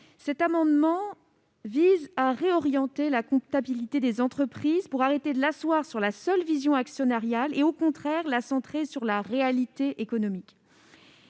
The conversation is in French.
Cet amendement vise à réorienter la comptabilité des entreprises afin de cesser de l'asseoir sur la seule vision actionnariale et de la centrer enfin sur la réalité économique.